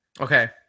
Okay